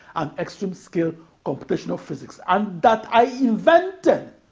and extreme-scale computational physics and that i invented